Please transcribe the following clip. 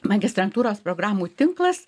magistrantūros programų tinklas